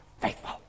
faithful